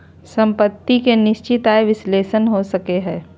सम्पत्ति के निश्चित आय विश्लेषण हो सको हय